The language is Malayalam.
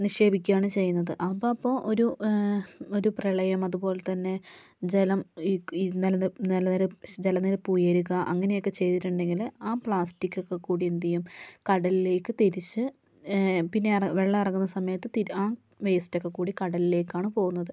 നിക്ഷേപിക്കുകയാണ് ചെയ്യുന്നത് അപ്പപ്പോൾ ഒരു ഒരു പ്രളയം അതുപോലെത്തന്നെ ജലം ഈ ഈ നില നെലനിര ജലനിരപ്പ് ഉയരുക അങ്ങനെയൊക്കെ ചെയ്തിട്ടുണ്ടെങ്കിൽ ആ പ്ലാസ്റ്റിക് ഒക്കെ കൂടി എന്ത് ചെയ്യും കടലിലേക്ക് തിരിച്ച് പിന്നെ ഇറങ്ങുക വെള്ളം ഇറങ്ങുന്ന സമയത്ത് തിര ആ വേസ്റ്റ് ഒക്കെ കൂടി കടലിലേക്കാണ് പോകുന്നത്